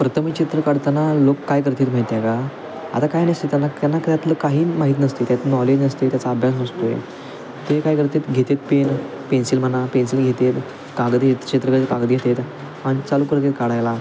प्रथम चित्र काढताना लोक काय करतात माहिती आहे का आता काय नसते त्यांना त्यांना त्यातलं काही माहीत नसते त्यात नॉलेज नसते त्याचा अभ्यास नसतो आहे ते काय करतात घेतात पेन पेन्सिल म्हणा पेन्सिल घेतात कागद घेतात चित्रकलेचा कागद घेतात आणि चालू करतात काढायला